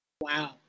Wow